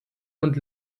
und